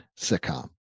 sitcom